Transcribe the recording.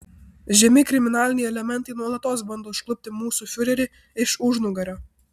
žemi kriminaliniai elementai nuolatos bando užklupti mūsų fiurerį iš užnugario